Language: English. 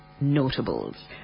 notables